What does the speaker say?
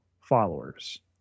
followers